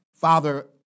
Father